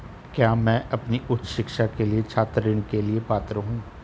क्या मैं अपनी उच्च शिक्षा के लिए छात्र ऋण के लिए पात्र हूँ?